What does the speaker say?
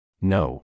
No